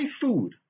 food